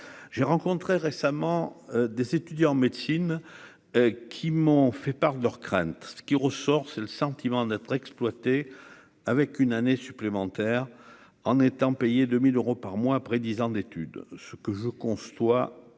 j'ai rencontré récemment des étudiants en médecine qui m'ont fait part de leur crainte, ce qui ressort, c'est le sentiment d'être exploitées avec une année supplémentaire en étant payé 2000 euros par mois après 10 ans d'études, ce que je conçois totalement